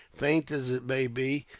faint as it may be,